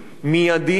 מיידיים,